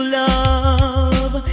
love